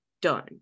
done